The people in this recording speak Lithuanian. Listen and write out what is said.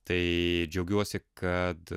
tai džiaugiuosi kad